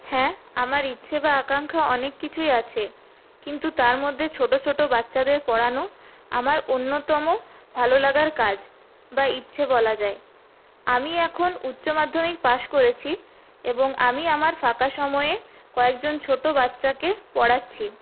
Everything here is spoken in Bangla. হ্যাঁ আমার ইচ্ছে বা আকাঙ্খা অনেক কিছুই আছে কিন্তু তার মধ্যে ছোট ছোট বাচ্চাদের পড়ানো আমার অন্যতম ভালো লাগার কাজ বা ইচ্ছে বলা যায় আমি এখন উচ্চমাধ্যমিক পাস করেছি এবং আমি আমার ফাঁকা সময়ে কয়েকজন ছোট বাচ্চাকে পড়াচ্ছি